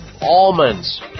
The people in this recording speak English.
almonds